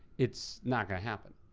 it's not gonna happen.